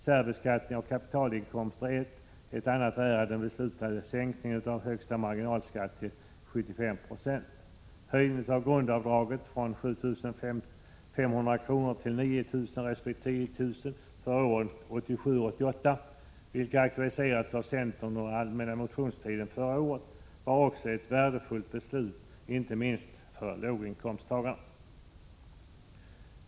Särbeskattning av kapitalinkomster är ett, ett annat är den beslutade sänkningen av högsta marginalskatten till 75 96. Höjning av grundavdraget— från 7 500 till 9 000 resp. 10 000 kr. för åren 1987 och 1988, vilket aktualiserades av centern under allmänna motionstiden förra året, var också ett värdefullt beslut inte minst för låginkomsttagarna.